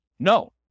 No